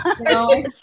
No